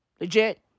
Legit